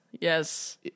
Yes